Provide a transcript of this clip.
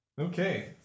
Okay